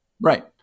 Right